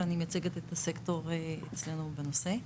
ואני מייצגת את הסקטור אצלנו בנושא.